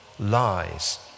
lies